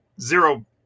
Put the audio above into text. Zero